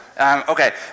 Okay